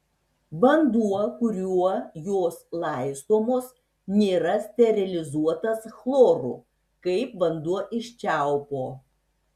vanduo kuriuo jos laistomos nėra sterilizuotas chloru kaip vanduo iš čiaupo